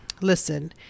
listen